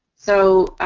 so,